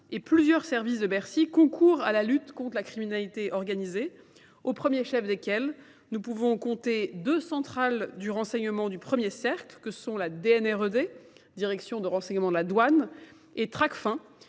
et plusieurs services de Bercy concourent à la lutte contre la criminalité organisée, aux premiers chefs desquels nous pouvons compter deux centrales du renseignement du 1er cercle, que sont la DNRED, direction de renseignement de la douane, et TRACFIN,